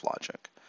logic